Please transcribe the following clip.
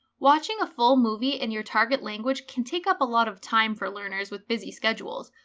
watching a full movie in your target language can take up a lot of time for learners with busy schedules.